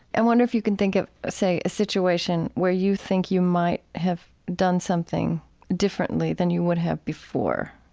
i wonder if you can think of, say, a situation where you think you might have done something differently than you would have before,